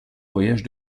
voyage